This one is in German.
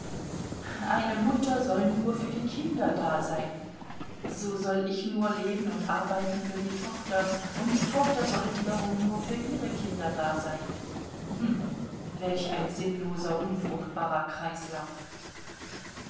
eine mutter soll nur für die kinder da sein so soll ich nur leben und arbeiten für die tochter und die tochter soll wieder nur für ihre kinder da sein welch ein sinnloser unfruchtbarer kreislauf